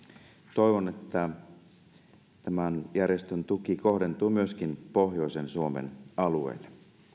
toivon että tämän järjestön tuki kohdentuu myöskin pohjoisen suomen alueelle